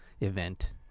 event